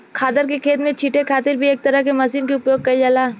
खादर के खेत में छींटे खातिर भी एक तरह के मशीन के उपयोग कईल जाला